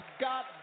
God